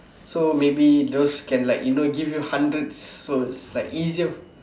so maybe those can like you know give you hundreds so it's like easier